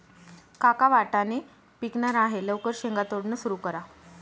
काका वाटाणे पिकणार आहे लवकर शेंगा तोडणं सुरू करा